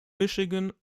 michigan